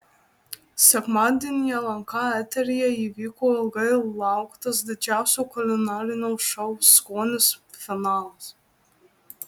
sekmadienį lnk eteryje įvyko ilgai lauktas didžiausio kulinarinio šou skonis finalas